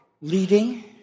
leading